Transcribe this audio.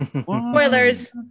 Spoilers